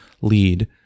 lead